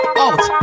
out